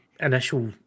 initial